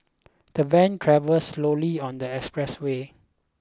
the van travelled slowly on the expressway